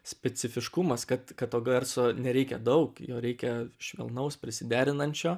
specifiškumas kad kad to garso nereikia daug jo reikia švelnaus prisiderinančio